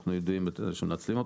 אנחנו ידועים בתור כאלה שמנצלים אותם.